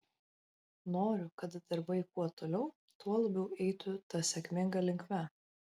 noriu kad darbai kuo toliau tuo labiau eitų ta sėkminga linkme